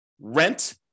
rent